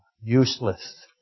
useless